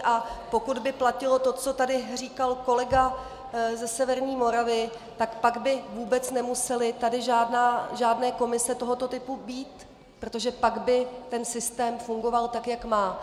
A pokud by platilo to, co tady říkal kolega ze severní Moravy, tak pak by tady nemusely žádné komise tohoto typu být, protože pak by ten systém fungoval tak, jak má.